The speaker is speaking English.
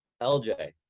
lj